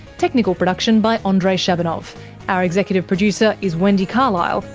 technical production by andrei shabunov, our executive producer is wendy carlisle,